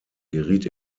geriet